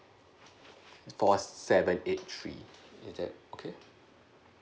four seven eight three is that okay